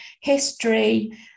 history